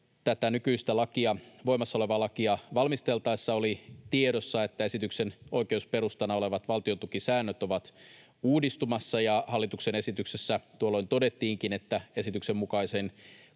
tätä nykyistä, voimassa olevaa lakia valmisteltaessa oli tiedossa, että esityksen oikeusperustana olevat valtiontukisäännöt ovat uudistumassa, ja hallituksen esityksessä tuolloin todettiinkin, että esityksen mukaisen